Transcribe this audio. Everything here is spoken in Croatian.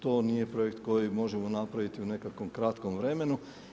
To nije projekt koji možemo napraviti u nekakvom kratkom vremenu.